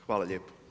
Hvala lijepo.